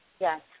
Yes